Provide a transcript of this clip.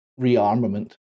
rearmament